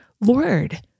Lord